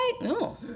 No